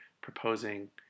proposing